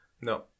No